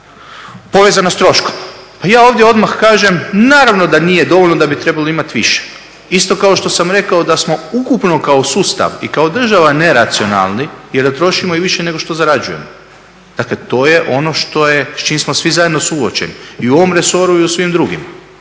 povezana sa troškom. Pa i ja ovdje odmah kažem naravno da nije dovoljno da bi trebali imati više. Isto kao što sam rekao da smo ukupno kao sustav i kao država neracionalni, jer da trošimo i više nego što zarađujemo. Dakle, to je ono što je, s čim smo svi zajedno suočeni i u ovom resoru i u svim drugim.